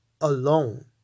alone